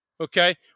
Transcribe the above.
Okay